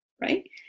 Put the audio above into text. right